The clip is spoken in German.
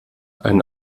ein